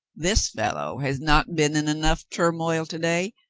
this fellow has not been in enough turmoil to-day,